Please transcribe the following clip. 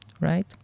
right